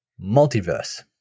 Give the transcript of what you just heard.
multiverse